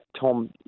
Tom